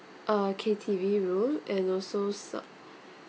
uh K_T_V room and also cer~